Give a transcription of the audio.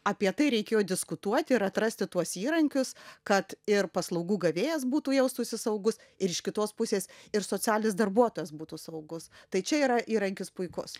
apie tai reikėjo diskutuoti ir atrasti tuos įrankius kad ir paslaugų gavėjas būtų jaustųsi saugus ir iš kitos pusės ir socialinis darbuotojas būtų saugus tai čia yra įrankis puikus